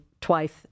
twice